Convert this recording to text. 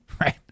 Right